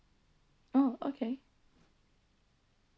oh okay